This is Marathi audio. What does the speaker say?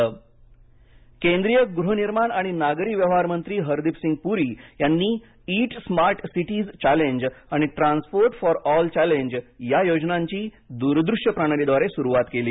पुरी केंद्रीय गृहनिर्माण आणि नागरी व्यवहार मंत्री हरदीपसिंग पूरी यांनी ईट स्मार्ट सिटीज चॅलेंज आणि ट्रान्सपोर्ट फॉर ऑल चॅलेंज या योजनांची द्रदृश्य प्रणालीद्वारे सुरुवात केली